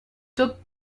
took